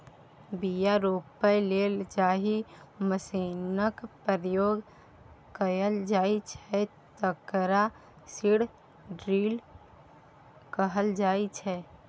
बीया रोपय लेल जाहि मशीनक प्रयोग कएल जाइ छै तकरा सीड ड्रील कहल जाइ छै